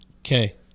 Okay